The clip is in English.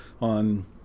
on